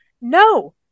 no